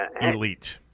elite